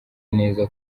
neza